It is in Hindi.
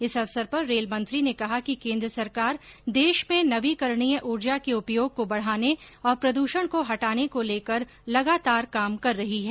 इस अवसर पर रेलमंत्री ने कहा कि केन्द्र सरकार देश में नवीकरणीय ऊर्जा के उपयोग को बढाने और प्रद्षण को हटाने को लेकर लगातार काम कर रही है